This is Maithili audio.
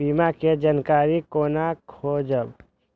बीमा के जानकारी कोना खोजब?